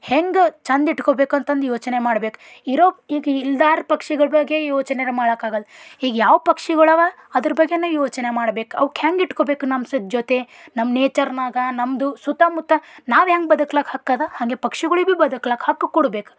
ಹೆಂಗೆ ಚಂದ ಇಟ್ಕೊಬೇಕಂತಂದು ಯೋಚನೆ ಮಾಡಬೇಕು ಇರೋ ಈಗ ಇಲ್ದಾರ್ ಪಕ್ಷಿಗಳ ಬಗ್ಗೆ ಯೋಚನೆರ್ ಮಾಡಾಕಾಗಲ್ದು ಈಗ ಯಾವ ಪಕ್ಷಿಗಳವ ಅದರ ಬಗ್ಗೆನೇ ಯೋಚನೆ ಮಾಡಬೇಕು ಅವ್ಕೆ ಹೆಂಗೆ ಇಟ್ಕೊಬೇಕು ನಮ್ಮ ಸ ಜೊತೆ ನಮ್ಮ ನೇಚರ್ನಾಗ ನಮ್ಮದು ಸುತ್ತಮುತ್ತ ನಾವು ಹೆಂಗೆ ಬದಕ್ಲಾಕ್ಕ ಹಕ್ಕದ ಹಾಗೆ ಪಕ್ಷಿಗಳಿಗೆ ಭೀ ಬದಕ್ಲಾಕ್ಕ ಹಕ್ಕು ಕೊಡಬೇಕು